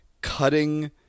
cutting